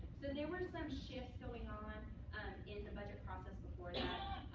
so there were some shifts going on in the budget process before that.